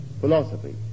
philosophy